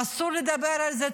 אסור לדבר על זה,